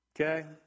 okay